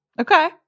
Okay